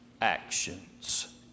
actions